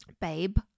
babe